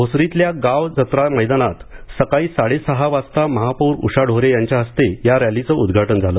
भोसरीतल्या गाव जत्रा मैदानात सकाळी साडेसहा वाजता महापौर उषा ढोरे यांच्या हस्ते या रॅलीचं उद्घाटन झालं